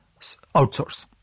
outsource